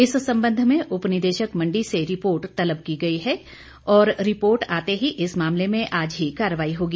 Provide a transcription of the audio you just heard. इस संबंध में उपनिदेशक मंडी से रिपोर्ट तलब की गयी है और रिपोर्ट आते ही इस मामले में आज ही कार्रवाई होगी